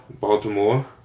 Baltimore